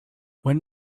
when